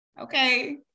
Okay